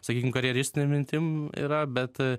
sakykim karjeristinėm mintim yra bet